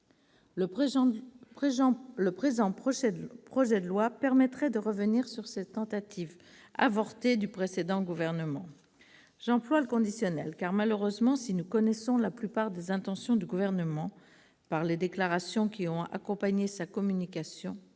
Le présent projet de loi tendrait à revenir sur ces tentatives avortées du précédent gouvernement. J'emploie le conditionnel car, malheureusement, si nous connaissons la plupart des intentions du Gouvernement, grâce aux déclarations qui ont accompagné sa communication,